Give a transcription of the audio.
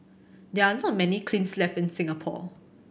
there are not many kilns left in Singapore